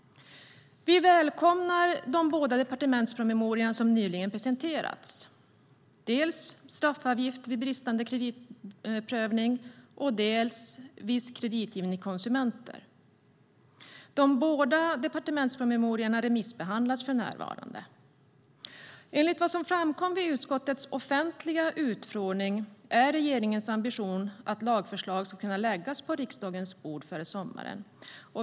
Vi välkomnar de båda departementspromemorior som nyligen presenterats, dels Straffavgift vid bristande kreditprövning , dels Viss kreditgivning till konsumenter . De båda departementspromemoriorna remissbehandlas för närvarande. Enligt vad som framkom vid utskottets offentliga utfrågning är regeringens ambition att lagförslag ska kunna läggas på riksdagens bord före sommaren.